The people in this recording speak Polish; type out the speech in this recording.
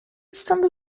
stąd